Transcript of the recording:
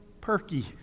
perky